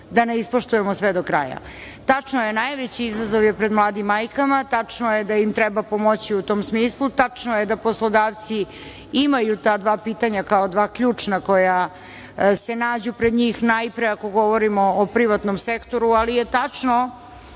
da ne ispoštujemo sve do kraja. Tačno je, najveći izazov je pred mladim majkama. Tačno je da im treba pomoći u tom smislu. Tačno je da poslodavci imaju ta da pitanja kao dva ključna koja se nađu pred njih, najpre ako govorimo o privatnom sektoru, ali je tačno